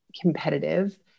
competitive